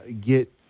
get